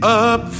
up